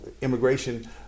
immigration